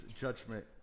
judgment